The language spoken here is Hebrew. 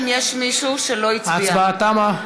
ההצבעה תמה.